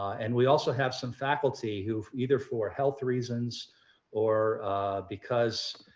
and we also have some faculty who either for health reasons or because